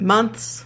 Months